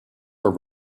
are